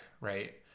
right